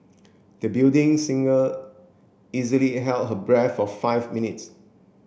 the building singer easily held her breath for five minutes